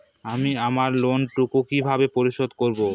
আমি আমার লোন টুকু কিভাবে পরিশোধ করব?